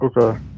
Okay